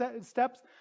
steps